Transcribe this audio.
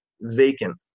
vacant